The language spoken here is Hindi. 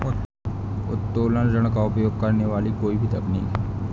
उत्तोलन ऋण का उपयोग करने वाली कोई भी तकनीक है